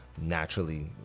naturally